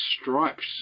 stripes